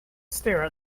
stare